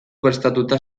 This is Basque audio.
prestatuta